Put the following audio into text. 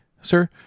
sir